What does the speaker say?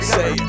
Say